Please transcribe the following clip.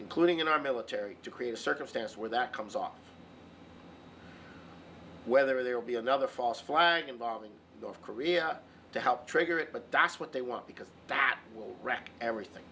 including in our military to create a circumstance where that comes up whether there will be another false flag involving north korea to help trigger it but that's what they want because that will wreck everything